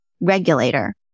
regulator